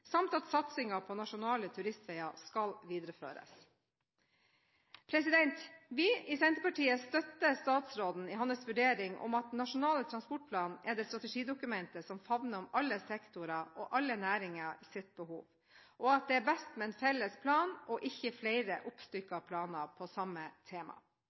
samt at satsingen på nasjonale turistveier skal videreføres. Vi i Senterpartiet støtter statsråden i hans vurdering av at Nasjonal transportplan er det strategidokumentet som favner om alle sektorer og alle næringers behov, og at det er best med en felles plan, ikke flere oppstykkende planer om samme tema.